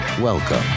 Welcome